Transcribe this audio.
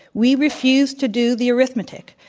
we refuse to do the arithmetic.